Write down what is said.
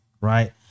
right